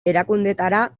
erakundeetara